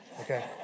okay